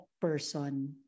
person